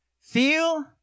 Feel